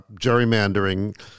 gerrymandering